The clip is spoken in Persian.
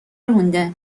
رونده